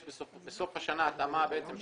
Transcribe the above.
בסוף השנה יש התאמה של